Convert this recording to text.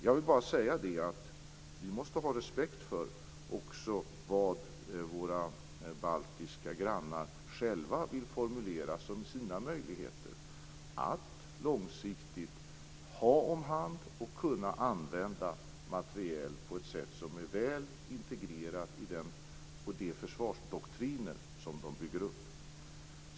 Jag vill bara säga att vi måste ha respekt också för vad våra baltiska grannar själva vill formulera som sina möjligheter att långsiktigt ha om hand och kunna använda materiel på ett sätt som är väl integrerat i de försvarsdoktriner som de bygger upp.